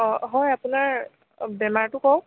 অঁ হয় আপোনাৰ বেমাৰটো কওঁক